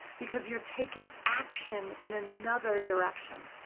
because you're taking action in another direction.